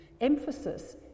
emphasis